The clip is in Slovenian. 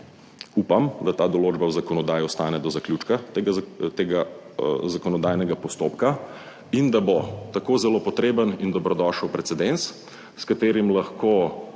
Upam, da ta določba v zakonodaji ostane do zaključka tega zakonodajnega postopka in da bo tako zelo potreben in dobrodošel precedens, s katerim lahko